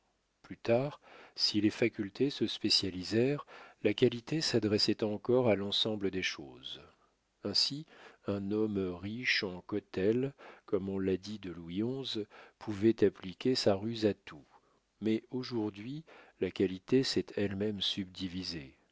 plus tard si les facultés se spécialisèrent la qualité s'adressait encore à l'ensemble des choses ainsi un homme riche en cautèle comme on l'a dit de louis xi pouvait appliquer sa ruse à tout mais aujourd'hui la qualité s'est elle-même subdivisée